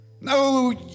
no